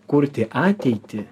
kurti ateitį